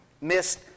Missed